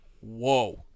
whoa